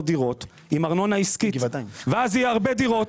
דירות עם ארנונה עסקית ואז יהיו הרבה דירות.